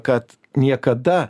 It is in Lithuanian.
kad niekada